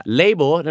label